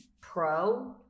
pro